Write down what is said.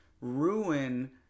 ruin